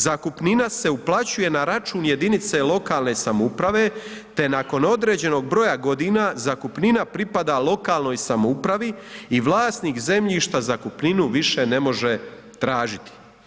Zakupnina se uplaćuje na račun jedinice lokalne samouprave te nakon određenog broja godina zakupnina pripada lokalnoj samoupravi i vlasnik zemljišta zakupninu više ne može tražiti.